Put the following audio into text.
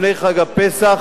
לפני חג הפסח,